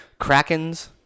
Krakens